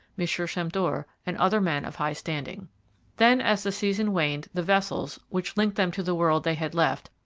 monsieur champdore, and other men of high standing then as the season waned the vessels, which linked them to the world they had left,